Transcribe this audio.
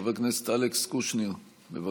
חבר הכנסת אלכס קושניר, בבקשה.